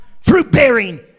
fruit-bearing